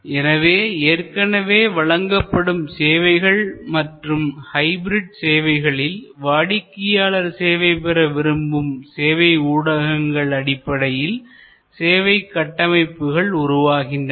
எனவே ஏற்கனவே வழங்கப்படும் சேவைகள் மற்றும் ஹைபிரிட் சேவைகளில் வாடிக்கையாளர் சேவை பெற விரும்பும் சேவை ஊடகங்கள் அடிப்படையில் சேவை கட்டமைப்புகள் உருவாகின்றன